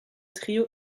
trio